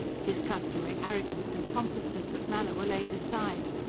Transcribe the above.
his customary arrogance and pompousness of manner were laid aside.